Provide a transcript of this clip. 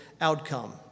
outcome